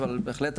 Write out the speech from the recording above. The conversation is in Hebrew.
אבל בהחלט,